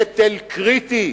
נטל קריטי,